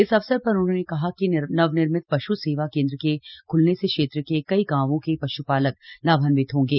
इस अवसर पर उन्होंने कहा कि नवनिर्मित पश् सेवा केंद्र के ख्लने से क्षेत्र के कई गांवों के पश्पालक लाभान्वित होंगे